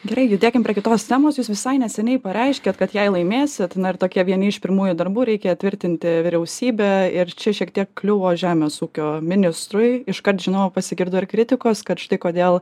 gerai judėkim prie kitos temos jūs visai neseniai pareiškėt kad jei laimėsit na ir tokie vieni iš pirmųjų darbų reikia tvirtinti vyriausybę ir čia šiek tiek kliuvo žemės ūkio ministrui iškart žinoma pasigirdo ir kritikos kad štai kodėl